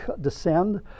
descend